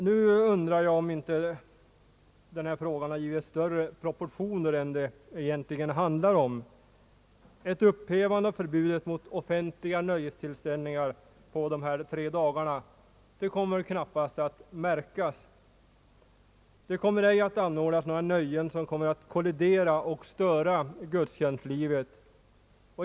Nu undrar jag om inte denna fråga givits större proportioner än den egentligen bör ha. Ett upphävande av förbudet mot offentliga nöjestillställningar under dessa tre dagar kommer knappast att märkas. Det kommer inte att anordnas några nöjen som kommer att kolli dera med och störa gudstjänstlivet.